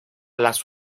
las